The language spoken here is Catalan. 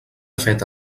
feta